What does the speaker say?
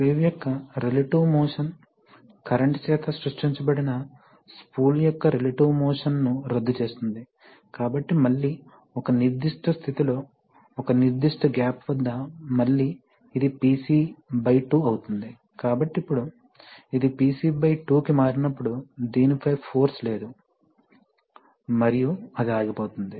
slew యొక్క relative motion current చేత సృష్టించబడిన స్పూల్ యొక్క రెలెటివ్ మోషన్ ను రద్దు చేస్తుంది కాబట్టి మళ్ళీ ఒక నిర్దిష్ట స్థితిలో ఒక నిర్దిష్ట గ్యాప్ వద్ద మళ్ళీ ఇది PC బై 2 అవుతుంది కాబట్టి ఇప్పుడు అది PC బై 2 కి మారినప్పుడు దీనిపై ఫోర్స్ లేదు మరియు అది ఆగిపోతుంది